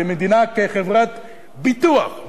מדינה כחברת ביטוח,